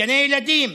בגני ילדים,